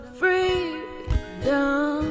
freedom